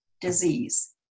disease